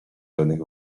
żadnych